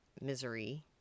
misery